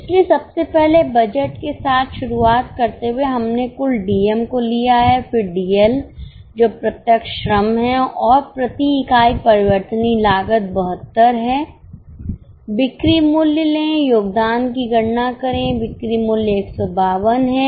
इसलिए सबसे पहले बजट के साथ शुरुआत करते हुए हमने कुल डीएम को लिया है फिर डीएल जो प्रत्यक्ष श्रम है और प्रति इकाई परिवर्तनीय लागत 72 है बिक्री मूल्य ले योगदान की गणना करें बिक्री मूल्य 152 है